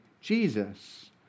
Jesus